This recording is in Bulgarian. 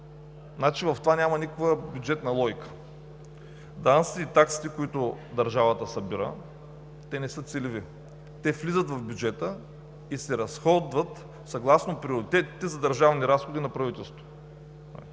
В това няма никаква бюджетна логика. Данъците и таксите, които държавата събира, не са целеви, те влизат в бюджета и се разходват съгласно приоритетите за държавни разходи на правителството.